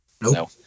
No